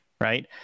Right